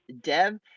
Dev